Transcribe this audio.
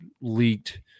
leaked